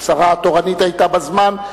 השרה התורנית היתה בזמן,